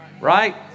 Right